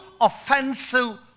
offensive